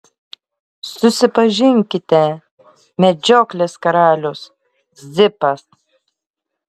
susipažinkite medžioklės karalius zipas